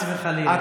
חס וחלילה.